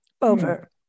over